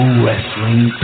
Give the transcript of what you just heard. wrestling